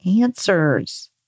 answers